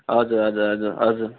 हजुर हजुर हजुर हजुर